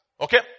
Okay